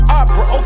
opera